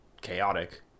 chaotic